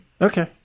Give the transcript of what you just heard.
Okay